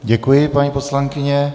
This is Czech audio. Děkuji, paní poslankyně.